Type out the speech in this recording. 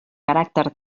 caràcter